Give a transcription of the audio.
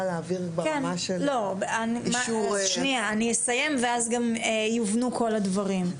אני אסיים ואז גם יבנו כל הדברים.